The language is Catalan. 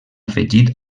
afegit